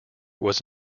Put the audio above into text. was